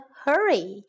hurry？